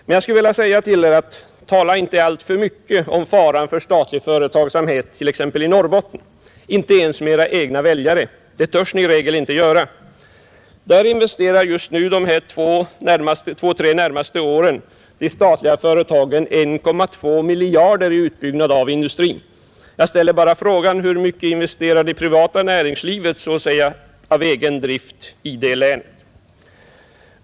Men jag skulle vilja uppmana er att inte alltför mycket tala om faran för statlig företagsamhet i t.ex. Norrbotten, inte ens med edra egna väljare. Det törs ni i regel inte göra. Där investerar de statliga företagen de närmaste två tre åren 1,2 miljarder i utbyggnad av industrin. Jag ställer här bara frågan: Hur mycket investerar det privata näringslivet av så att säga egen drift i detta län?